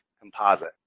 composite